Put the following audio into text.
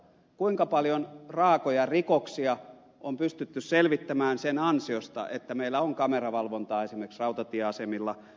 kuinka paljon raakoja rikoksia on pystytty selvittämään sen ansiosta että meillä on kameravalvontaa esimerkiksi rautatieasemilla